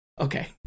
Okay